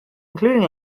including